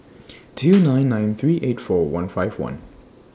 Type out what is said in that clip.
two nine nine three eight four one five one